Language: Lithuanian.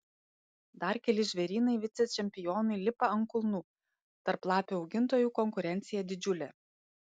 dar keli žvėrynai vicečempionui lipa ant kulnų tarp lapių augintojų konkurencija didžiulė